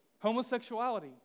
Homosexuality